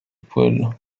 pueblo